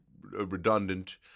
redundant